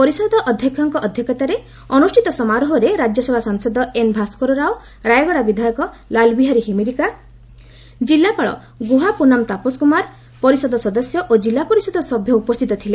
ପରିଷଦ ଅଧ୍ୟକ୍ଷଙ୍କ ଅଧ୍ୟକ୍ଷତାରେ ଅନୁଷିତ ସମାରୋହରେ ରାକ୍ୟସଭା ସାଂସଦ ଏନ୍ ଭାସ୍କର ରାଓ ରାୟଗଡ଼ା ବିଧାୟକ ଲାଲବିହାରୀ ହିମିରିକା ଜିଲ୍ଲାପାଳ ଗୁହାପୁନମ ତାପସକୁମାର ପରିଷଦ ସଦସ୍ୟ ଓ କିଲ୍ଲାପରିଷଦ ସଭ୍ୟ ଉପସ୍ତିତ ଥିଲେ